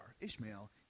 Ishmael